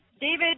David